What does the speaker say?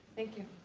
thank you